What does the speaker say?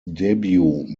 debut